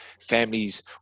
families